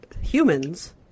humans